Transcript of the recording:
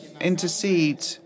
intercede